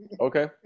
Okay